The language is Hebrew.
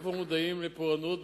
איפה מועדים לפורענות?